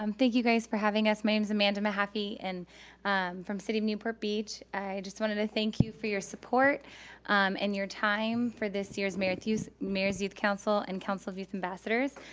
um thank you guys for having us, my name's amanda mahaffey and from city of newport beach, i just wanted to thank you for your support and your time for this year's mayor's youth mayor's youth council and council of youth ambassadors.